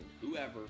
whoever